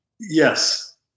Yes